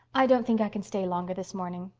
i don't think i can stay longer this morning.